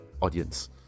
audience